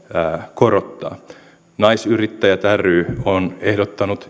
korottaa yrittäjänaiset ry on ehdottanut